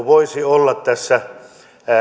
voisi olla tässä